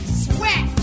sweat